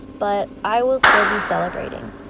but i will still be celebrating.